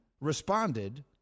responded